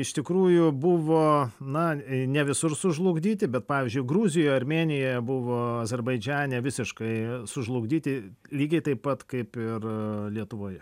iš tikrųjų buvo na ne visur sužlugdyti bet pavyzdžiui gruzijoje armėnijoje buvo azerbaidžane visiškai sužlugdyti lygiai taip pat kaip ir lietuvoje